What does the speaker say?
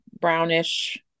brownish